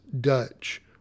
Dutch